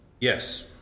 Yes